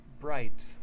Bright